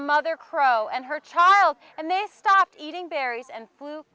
mother crow and her child and they stopped eating berries and blue